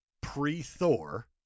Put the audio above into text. pre-Thor